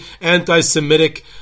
anti-Semitic